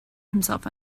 himself